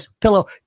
pillow